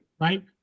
right